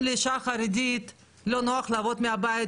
אם לאישה חרדית לא נוח לעבוד מהבית,